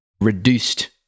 reduced